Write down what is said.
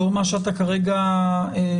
לאור מה שאתה כרגע ציינת,